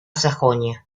sajonia